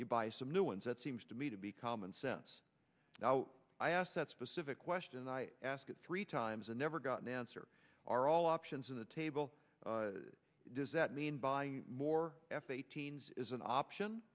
you buy some new ones that seems to me to be common sense now i asked that specific question i asked three times and never got an answer are all options on the table does that mean buying more f a teens is an option